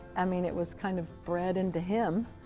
i mean, it was kind of bred into him.